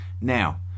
Now